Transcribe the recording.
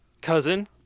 Cousin